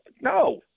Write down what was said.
No